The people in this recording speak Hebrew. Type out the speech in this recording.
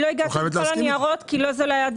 לא הגעתי עם כל הניירות כי לא זה הדיון.